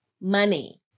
money